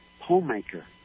homemaker